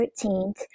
13th